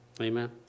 Amen